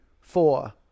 four